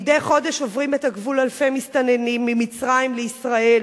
מדי חודש עוברים את הגבול אלפי מסתננים ממצרים לישראל.